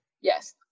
Yes